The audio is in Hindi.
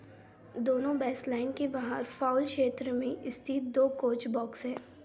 दोनों बेस लाइन के बाहर फ़ाउल क्षेत्र में स्थित दो कोच बॉक्स हैं